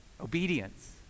obedience